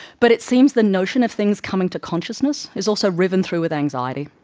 but it seems the notion of things coming to consciousness is also riven through with anxiety.